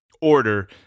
order